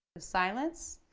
of silence,